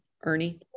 Ernie